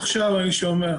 עכשיו אני שומע.